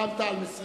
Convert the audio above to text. רע"ם-תע"ל, מסירה.